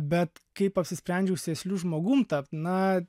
bet kaip apsisprendžiau sėsliu žmogum tapt na